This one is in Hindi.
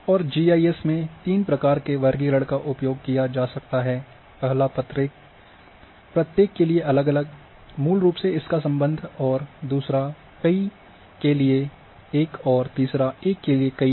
और जीआईएस में तीन प्रकार के वर्गीकरण का उपयोग किया जा सकता है पहला प्रत्येक के लिए अलग अलग मूल रूप से इसका सम्बंध और दूसरा कई के लिए एक और तीसरा एक के लिए कई है